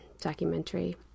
documentary